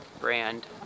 brand